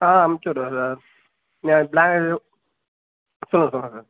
ஆ அனுப்பிச்சிவுட்றேன் சார் சொல்லுங்கள் சொல்லுங்கள் சார்